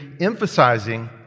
emphasizing